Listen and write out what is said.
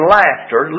laughter